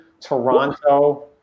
Toronto